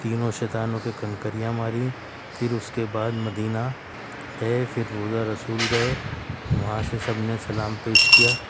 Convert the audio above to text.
تینوں شیطانوں کے کنکریاں ماریں پھر اس کے بعد مدینہ گئے پھر روضہ رسول گئے وہاں سے سب نے سلام پیش کیا